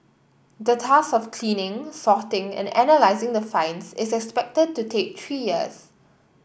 the task of cleaning sorting and analysing the finds is expected to take three years